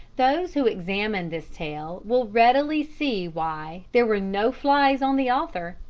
those who examine this tale will readily see why there were no flies on the author.